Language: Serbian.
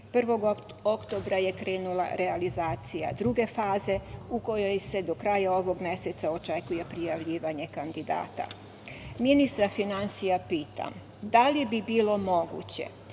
oktobra je krenula realizacija druge faze u kojoj se do kraja ovog meseca očekuje prijavljivanje kandidata. Ministra finansija pitam da li bi bilo moguće